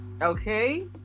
Okay